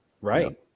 Right